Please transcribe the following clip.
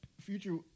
Future